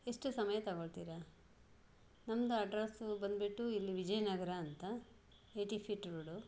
ಎಷ್ಟು ಸಮಯ ತಗೋಳ್ತೀರ ನಮ್ದು ಅಡ್ರಸು ಬಂದ್ಬಿಟ್ಟು ಇಲ್ಲಿ ವಿಜಯನಗ್ರ ಅಂತ ಎಯ್ಟಿ ಫಿಟ್ ರೋಡು